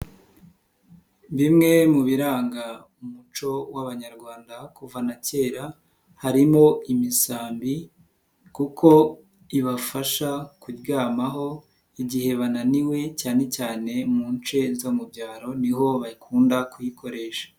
Bimwe mu biranga umuco w'Abanyarwanda kuva na kera, harimo imisambi kuko ibafasha kuryamaho igihe bananiwe cyane cyane mu nce zo mu byaro ni ho bakunda kuyikoresha.